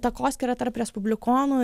takoskyrą tarp respublikonų